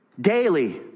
Daily